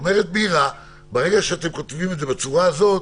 אומרת מירה, ברגע שאתם כותבים את זה בצורה הזאת